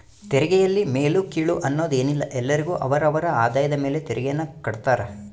ತೆರಿಗೆಯಲ್ಲಿ ಮೇಲು ಕೀಳು ಅನ್ನೋದ್ ಏನಿಲ್ಲ ಎಲ್ಲರಿಗು ಅವರ ಅವರ ಆದಾಯದ ಮೇಲೆ ತೆರಿಗೆಯನ್ನ ಕಡ್ತಾರ